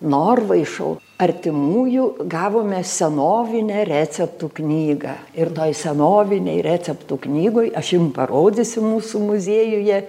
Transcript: norvaišų artimųjų gavome senovinę receptų knygą ir toj senovinėj receptų knygoj aš jum parodysiu mūsų muziejuje